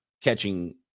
catching